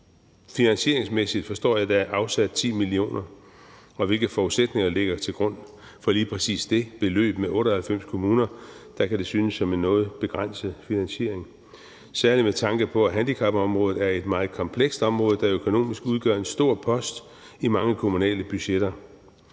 Finansieringsmæssigt forstår jeg, at der er afsat 10 mio. kr., og hvilke forudsætninger ligger til grund for lige præcis det beløb? Med 98 kommuner kan det synes som en noget begrænset finansiering, særlig med tanke på, at handicapområdet er et meget komplekst område, der økonomisk udgør en stor post i mange kommunale budgetter.